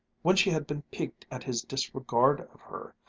when she had been piqued at his disregard of her,